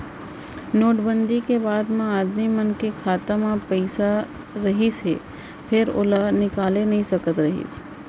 note बंदी के बाद म आदमी मन के खाता म पइसा रहिस हे फेर ओहर ओला निकाले नइ सकत रहिस